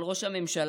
אבל ראש הממשלה?